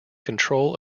control